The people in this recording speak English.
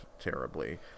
terribly